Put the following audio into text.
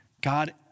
God